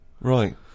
Right